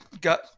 got